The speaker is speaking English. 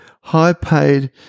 high-paid